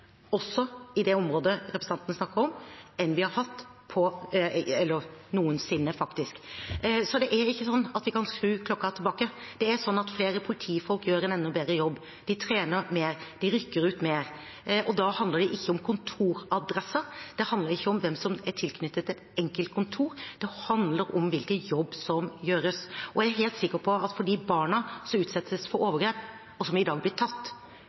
også i det området representanten snakker om, enn vi noensinne har hatt. Det er ikke sånn at vi kan skru klokken tilbake. Det er sånn at flere politifolk gjør en enda bedre jobb. De trener mer. De rykker ut mer. Da handler det ikke om kontoradresser, det handler ikke om hvem som er tilknyttet et enkelt kontor, det handler om hvilken jobb som gjøres. Jeg er helt sikker på at for de barna som utsettes for overgrep, og der overgriper i dag blir tatt,